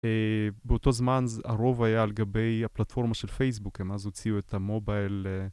באותו זמן הרוב היה על גבי הפלטפורמה של פייסבוק, הם אז הוציאו את המובייל.